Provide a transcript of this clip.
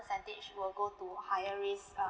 percentage will go to higher risk uh